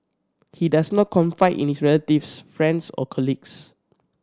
he does not confide in his relatives friends or colleagues